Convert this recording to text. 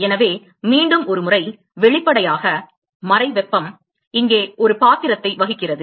எனவே மீண்டும் ஒருமுறை வெளிப்படையாக மறை வெப்பம் இங்கே ஒரு பாத்திரத்தை வகிக்கிறது